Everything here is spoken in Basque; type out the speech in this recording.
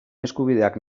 eskubideak